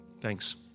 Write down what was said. Thanks